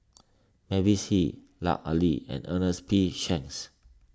Mavis Hee Lut Ali and Ernest P Shanks